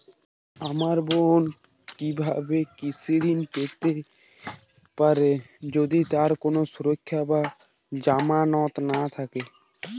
আমার বোন কীভাবে কৃষি ঋণ পেতে পারে যদি তার কোনো সুরক্ষা বা জামানত না থাকে?